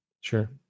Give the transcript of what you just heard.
Sure